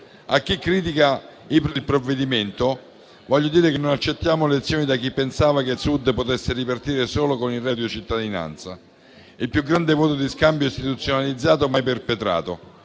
A chi critica il provvedimento voglio dire che non accettiamo lezioni da chi pensava che il Sud potesse ripartire solo con il reddito di cittadinanza, il più grande voto di scambio istituzionalizzato mai perpetrato.